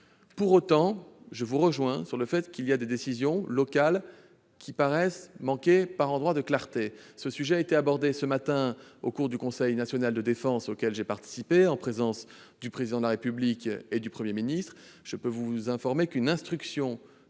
Pour autant, je vous rejoins sur le fait que certaines décisions locales paraissent manquer par endroits de clarté. Ce sujet a été abordé ce matin au cours du Conseil national de défense auquel j'ai participé, en présence du Président de la République et du Premier ministre. Je peux vous informer qu'une instruction sera